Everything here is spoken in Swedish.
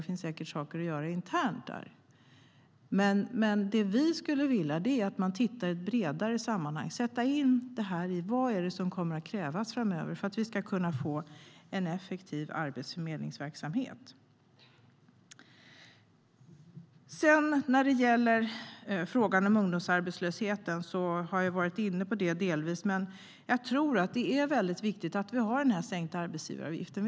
Det finns säkert saker att göra internt där. Men det vi skulle vilja är att man tittar i ett bredare sammanhang på vad som kommer att krävas framöver för att vi ska kunna få en effektiv arbetsförmedlingsverksamhet.Frågan om ungdomsarbetslösheten har jag delvis varit inne på. Jag tror att det är väldigt viktigt med den sänkta arbetsgivaravgiften.